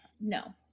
no